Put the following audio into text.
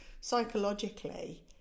psychologically